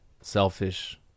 selfish